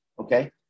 okay